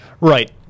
Right